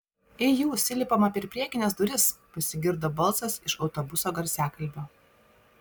ei jūs įlipama per priekines duris pasigirdo balsas iš autobuso garsiakalbio